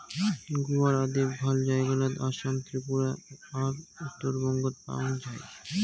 গুয়ার অধিক ভাল জাতগুলা আসাম, ত্রিপুরা আর উত্তরবঙ্গত পাওয়াং যাই